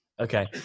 Okay